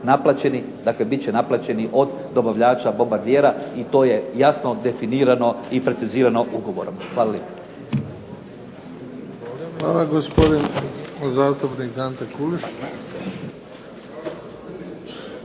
naplaćeni, dakle bit će naplaćeni od dobavljača bombardera i to je jasno definirano i precizirano ugovorom. Hvala lijepa. **Bebić, Luka (HDZ)** Hvala. Gospodin zastupnik Ante Kulušić.